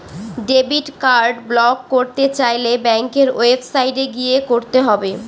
debit card block করতে চাইলে ব্যাঙ্কের ওয়েবসাইটে গিয়ে করতে হবে